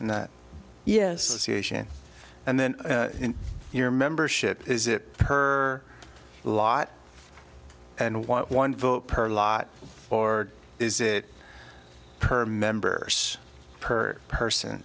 and that yes and then in your membership is it her lot and one vote per lot or is it per member per person